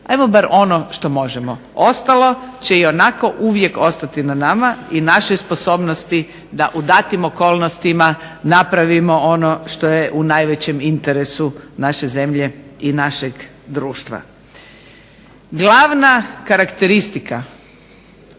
ajmo bar ono što možemo. Ostalo će ionako uvijek ostati na nama i našoj sposobnosti da u datim okolnostima napravimo ono što je u najvećem interesu naše zemlje i našeg društva. Glavna karakteristika